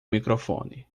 microfone